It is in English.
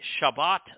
Shabbat